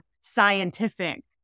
scientific